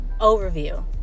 overview